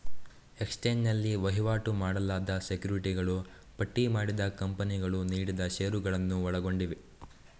exchange ನಲ್ಲಿ ವಹಿವಾಟು ಮಾಡಲಾದ ಸೆಕ್ಯುರಿಟಿಗಳು ಪಟ್ಟಿ ಮಾಡಿದ ಕಂಪನಿಗಳು ನೀಡಿದ ಷೇರುಗಳನ್ನು ಒಳಗೊಂಡಿವೆ